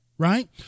Right